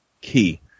key